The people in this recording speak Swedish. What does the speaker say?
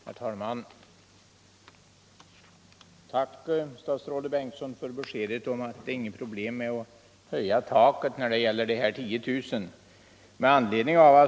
Herr talman! Tack, statsrådet Bengtsson, för beskedet om att det inte är något problem att höja taket när det gäller dessa 10 000 personer.